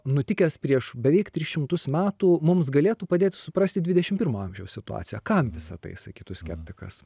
nutikęs prieš beveik tris šimtus metų mums galėtų padėt suprasti dvidešimt pirmo amžiaus situaciją kam visa tai sakytų skeptikas